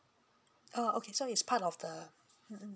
ah okay so it's part of the mmhmm